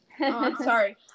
Sorry